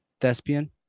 thespian